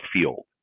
field